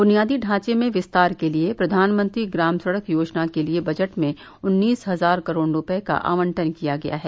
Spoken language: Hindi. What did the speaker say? बुनियादी ढांचे में विस्तार के लिए प्रधानमंत्री ग्राम सड़क योजना के लिए बजट में उन्नीस हजार करोड़ रूपये का आबंटन किया गया है